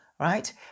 right